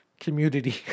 community